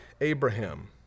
Abraham